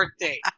birthday